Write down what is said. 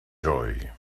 joy